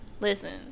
listen